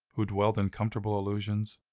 who dwell in comfortable illusions,